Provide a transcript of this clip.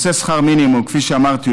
נושא שכר המינימום: כפי שאמרתי,